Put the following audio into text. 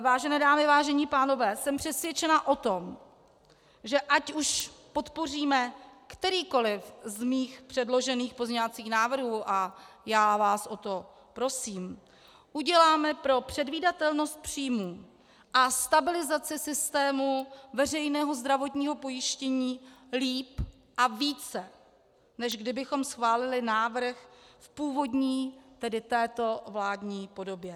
Vážené dámy, vážení pánové, jsem přesvědčena o tom, že ať už podpoříme kterýkoliv z mých předložených pozměňovacích návrhů, a já vás o to prosím, uděláme pro předvídatelnost příjmů a stabilizaci systému veřejného zdravotního pojištění líp a více, než kdybychom schválili návrh v původní, tedy této vládní podobě.